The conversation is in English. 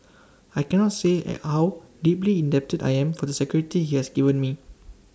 I cannot say and how deeply indebted I am for the security he has given me